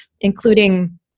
including